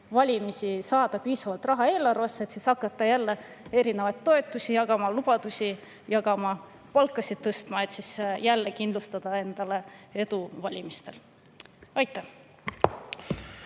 valimisi saada piisavalt raha eelarvesse, et siis hakata jälle erinevaid toetusi jagama, lubadusi jagama, palkasid tõstma, ja jälle kindlustada endale edu valimistel. Aitäh!